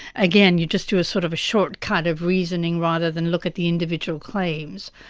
again, you just do a sort of short kind of reasoning rather than look at the individual claims.